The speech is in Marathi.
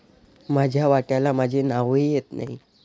माझ्या वाट्याला माझे नावही येत नाही